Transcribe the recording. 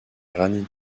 granit